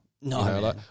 No